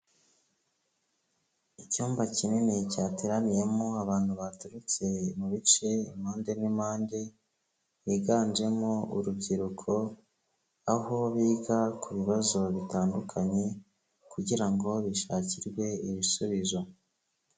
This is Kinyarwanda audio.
Icyumba kinini cyateraniyemo abantu baturutse mu bice, impande n'impande, higanjemo urubyiruko, aho biga ku bibazo bitandukanye, kugira ngo bishakirwe ibisubizo.